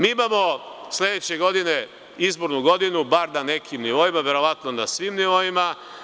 Mi imamo sledeće godine izbornu godinu, bar na nekim nivoima, verovatno na svim nivoima.